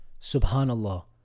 Subhanallah